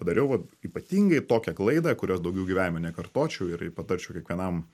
padariau va ypatingai tokią klaidą kurios daugiau gyvenime nekartočiau ir patarčiau kiekvienam